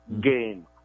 game